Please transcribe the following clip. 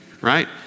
right